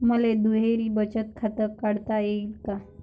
मले दुहेरी बचत खातं काढता येईन का?